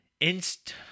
Inst